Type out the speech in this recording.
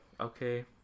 okay